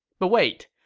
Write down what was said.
but wait,